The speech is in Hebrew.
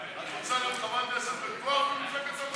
את רוצה להיות חברת כנסת בכוח במפלגת העבודה,